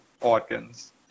organs